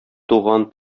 туган